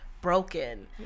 broken